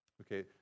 okay